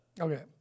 okay